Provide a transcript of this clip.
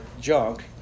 junk